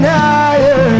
higher